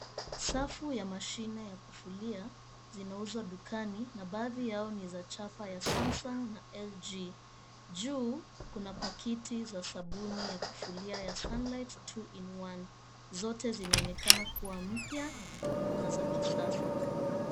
Safu ya mashine ya kufulia zinaouzwa dukani, na baadhi yao ni za chapa ya Samsung na LG. Juu kuna pakiti za sabuni ya kufulia ya Sunlight two in one , zote zinaonekana kuwa mpya na za kisasa.